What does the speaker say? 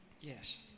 Yes